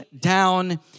down